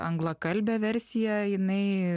anglakalbė versija jinai